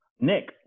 Nick